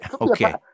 Okay